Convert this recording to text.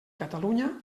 catalunya